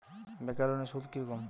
বেকার লোনের সুদ কি রকম?